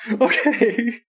Okay